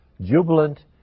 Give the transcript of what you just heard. jubilant